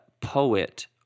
poet